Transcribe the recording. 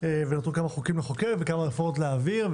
ועוד כמה חוקים לחוקק ועוד כמה רפורמות להעביר.